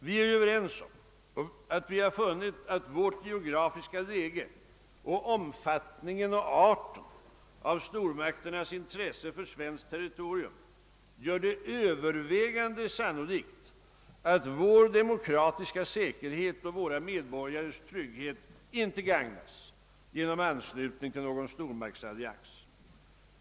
Vi är överens om att vi har funnit att vårt geografiska läge samt omfattningen och arten av stormakternas intresse för svenskt territorium gör det övervägande sannolikt, att vår demokratiska säkerhet och våra medborgares trygghet inte gagnas genom anslutning till någon stormaktsallians.